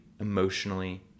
emotionally